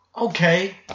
okay